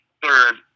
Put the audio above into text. third